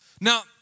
Now